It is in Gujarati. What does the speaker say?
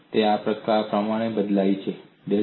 તેથી તે આ પ્રમાણે બદલાય છે